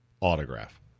autograph